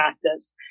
practice